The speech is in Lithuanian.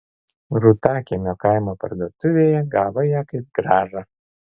rūtakiemio kaimo parduotuvėje gavo ją kaip grąžą